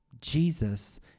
Jesus